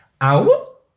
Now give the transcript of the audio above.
Ow